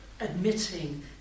admitting